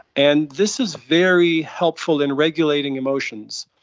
and this is very helpful in regulating emotions,